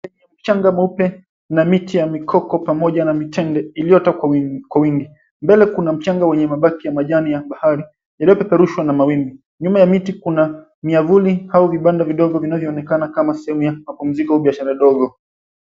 Mchanga mweupe na miti ya mikoko pamoja na mitende iliyota kwa wingi. Mbele kuna mchanga wenye mabaki ya majani ya bahari yaliyopeperushwa na mawimbi. Nyuma ya miti kuna miavuli au vibanda vidogo vinavyoonekana kama sehemu ya mapumziko au biashara ndogo.